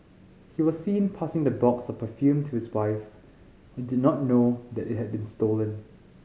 he was seen passing the box of perfume to his wife who did not know that it had been stolen